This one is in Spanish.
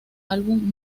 álbum